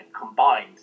combined